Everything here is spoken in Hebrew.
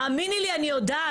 האמיני לי, אני יודעת.